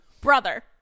brother